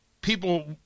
People